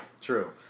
true